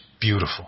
beautiful